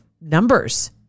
numbers